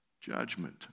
Judgment